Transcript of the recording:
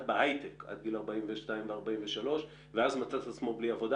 בהייטק עד גיל 42 או 43 ואז מצא את עצמו בלי עבודה,